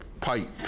pipe